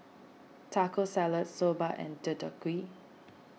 Taco Salad Soba and Deodeok Gui